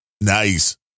Nice